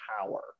power